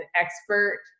expert